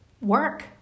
work